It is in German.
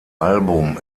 album